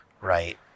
right